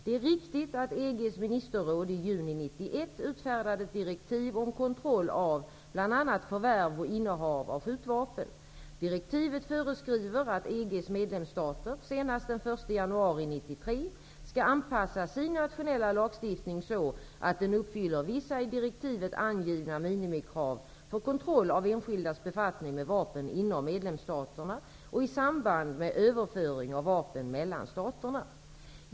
Det är riktigt att EG:s ministerråd i juni 1991 utfärdade ett direktiv om kontroll av bl.a. förvärv och innehav av skjutvapen. Direktivet föreskriver att EG:s medlemsstater senast den 1 januari 1993 skall anpassa sin nationella lagstiftning så att den uppfyller vissa i direktivet angivna minimikrav för kontroll av enskildas befattning med vapen inom medlemsstaterna och i samband med överföringar av vapen mellan staterna.